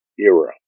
era